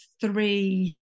three